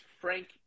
Frank